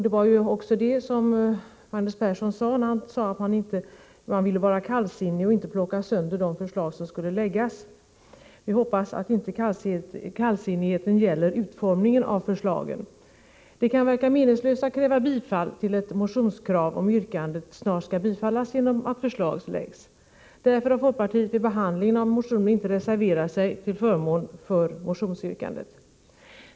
Det sade ju också Magnus Persson, när han anförde att han ville vara kallsinnig och inte plocka sönder de förslag som skall läggas fram. Vi hoppas att kallsinnigheten inte gäller utformningen av förslagen. Det kan verka meningslöst att kräva bifall till ett motionskrav om yrkandet snart skall bifallas genom att förslag läggs fram. Därför har folkpartiet vid behandling av motionen inte reserverat sig till förmån för motionsyrkandet.